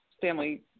family